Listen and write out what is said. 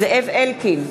זאב אלקין,